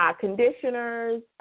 conditioners